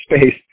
space